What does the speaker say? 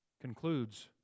concludes